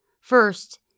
First